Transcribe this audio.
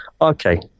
Okay